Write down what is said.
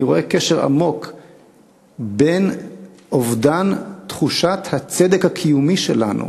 אני רואה קשר עמוק בין אובדן תחושת הצדק הקיומי שלנו